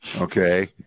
Okay